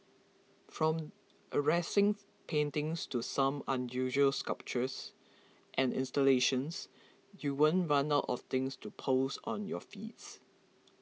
from arresting paintings to some unusual sculptures and installations you won't run out of things to post on your feeds